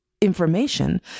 information